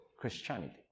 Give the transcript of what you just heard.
Christianity